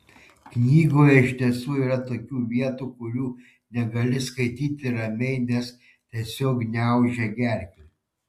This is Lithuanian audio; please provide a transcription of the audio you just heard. knygoje iš tiesų yra tokių vietų kurių negali skaityti ramiai nes tiesiog gniaužia gerklę